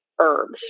herbs